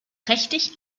trächtig